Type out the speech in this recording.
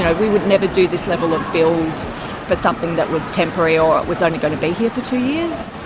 and we would never do this level of build for something that was temporary or it was only going to be here for two years.